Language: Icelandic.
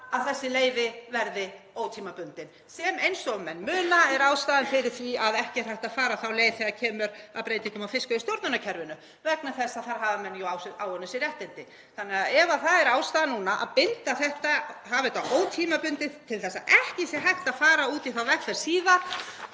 að þessi leyfi verði ótímabundin? Það er, eins og menn muna, ástæðan fyrir því að ekki er hægt að fara þá leið þegar kemur að breytingum á fiskveiðistjórnarkerfinu vegna þess að þar hafa menn jú áunnið sér réttindi. Ef það er ástæðan núna fyrir að binda þetta, hafa þetta ótímabundið, til þess að ekki sé hægt að fara út í þá vegferð síðar